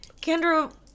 Kendra